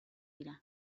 dira